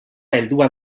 heldua